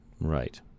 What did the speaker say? Right